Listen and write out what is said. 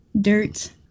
Dirt